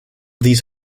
these